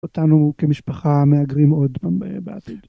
אותנו כמשפחה מהגרים עוד פעם בעתיד.